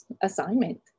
assignment